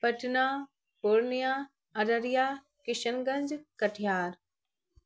Patna Purnia Araria Kishanganj Katihar